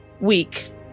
week